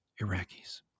Iraqis